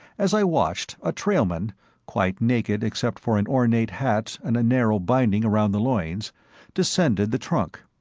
as i watched, a trailman quite naked except for an ornate hat and a narrow binding around the loins descended the trunk.